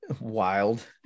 wild